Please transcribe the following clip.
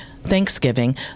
Thanksgiving